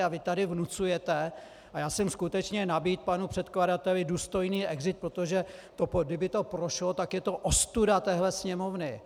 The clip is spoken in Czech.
A vy tady vnucujete a já jsem skutečně nabídl panu předkladateli důstojný exit, protože kdyby to prošlo, tak je to ostuda téhle Sněmovny.